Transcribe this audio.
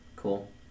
Cool